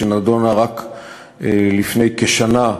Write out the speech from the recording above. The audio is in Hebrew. שנדונה רק לפני כשנה,